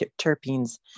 terpenes